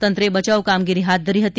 તંત્રે બચાવ કામગીરી હાથ ધરી હતી